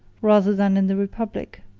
rather than in the republic.